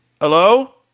Hello